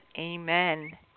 Amen